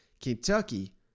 Kentucky